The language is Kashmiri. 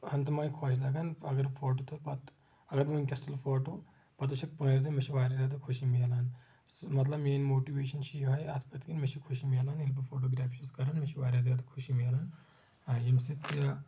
ہنٛگ تہٕ منٛگ خۄش لگان اگر بہٕ فوٹو تُلہٕ پتہٕ اگربہٕ ؤنکیٚس تُلہٕ فوٹو پتہٕ وٕچھٕ پانٛژِ دۄہہِ مےٚ چھِ واریاہ زیادٕ خوشی ملان مطلب میٲنۍ موٹویشن چھِ یِہٕے اکھ پتۍ کِن مےٚ چھِ خوشی مِلان ییٚلہِ بہٕ فوٹوگرافی چھُس کران مےٚ چھِ واریاہ زیادٕ خوشی مِلان آ ییٚمہِ سۭتۍ یہِ